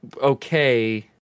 okay